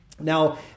Now